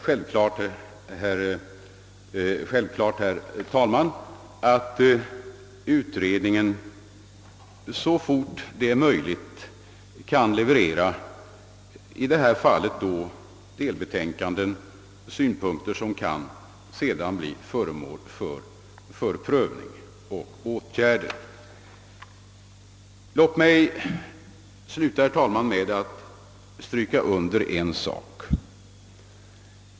Självklart är jag, herr talman, angelägen om att utredningen så fort det är möjligt kan leverera delbetänkanden, vilka sedan kan bli föremål för prövning och leda till åtgärder. Vidare vill jag, herr talman, stryka under en sak.